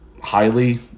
highly